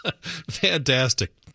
Fantastic